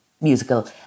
musical